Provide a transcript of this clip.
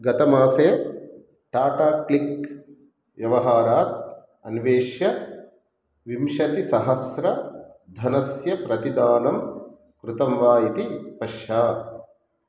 गतमासे टाटा क्लिक् व्यवहारान् अन्विष्य विंशतिसहस्रधनस्य प्रतिदानं कृतं वा इति पश्य